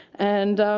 and,